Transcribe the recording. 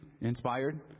inspired